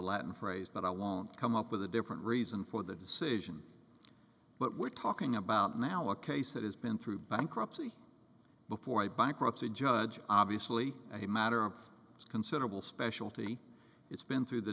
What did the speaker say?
latin phrase but i won't come up with a different reason for the decision but we're talking about now a case that has been through bankruptcy before a bankruptcy judge obviously a matter of considerable specialty it's been through the